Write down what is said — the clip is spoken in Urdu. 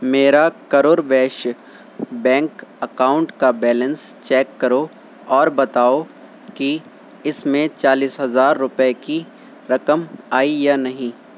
میرا کرر ویشیہ بینک اکاؤنٹ کا بیلنس چیک کرو اور بتاؤ کہ اس میں چالیس ہزار روپے کی رقم آئی یا نہیں